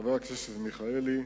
חבר הכנסת מיכאלי,